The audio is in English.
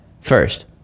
first